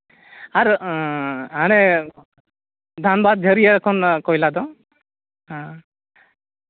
ᱟᱨ ᱦᱟᱱᱮ ᱫᱷᱟᱱᱵᱟᱫᱽ ᱡᱷᱟᱹᱨᱭᱟᱹ ᱠᱷᱚᱱ ᱠᱚᱭᱞᱟ ᱫᱚ ᱦᱮᱸ